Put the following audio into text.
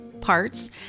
parts